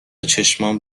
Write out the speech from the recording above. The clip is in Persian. چشمام